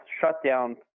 shutdown